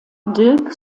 dirk